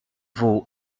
vaut